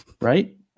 right